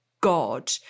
God